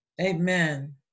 amen